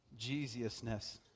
Jesusness